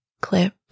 clip